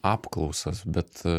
apklausas bet